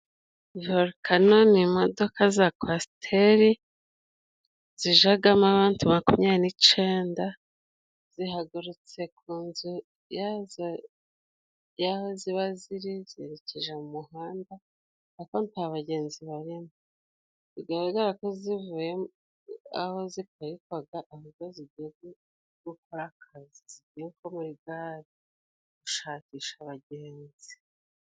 Vorukano ni imodoka za kwasiteri，zijagamo abantu makumyabiri n’icenda， zihagurutse ku nzu yazo y’aho ziba ziri， zerekeje mu mu handa， ariko nta bagenzi barimo ，bigaragara ko zivuye aho ziparikwaga， ahubwo zigiye gukora akazi，zigiye kuba muri igare gushakisha abagenzi.